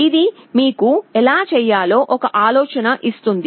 ఇది మీకు ఎలా చేయాలో ఒక ఆలోచన ఇస్తుంది